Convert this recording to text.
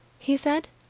he said.